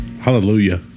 hallelujah